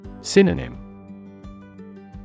Synonym